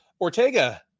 ortega